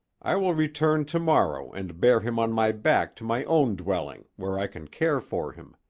i will return to-morrow and bear him on my back to my own dwelling, where i can care for him.